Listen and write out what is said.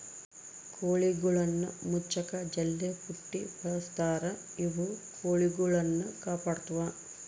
ಕೋಳಿಗುಳ್ನ ಮುಚ್ಚಕ ಜಲ್ಲೆಪುಟ್ಟಿ ಬಳಸ್ತಾರ ಇವು ಕೊಳಿಗುಳ್ನ ಕಾಪಾಡತ್ವ